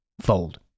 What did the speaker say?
Fold